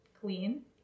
clean